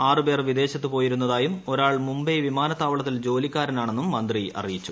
ആറുപേർ വിദേശ്രത്തു ് പോയിരുന്നതായും ഒരാൾ മുംബൈ വിമാനത്താവളത്തിൽ ് ജോലിക്കാരനാണെന്നും മന്ത്രി അറിയിച്ചു